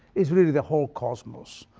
is really the whole cosmos.